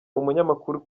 umunyamakuru